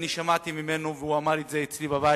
אני שמעתי ממנו, והוא אמר את זה אצלי בבית: